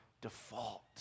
default